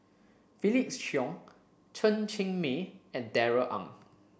Felix Cheong Chen Cheng Mei and Darrell Ang